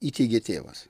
įteigė tėvas